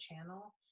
channel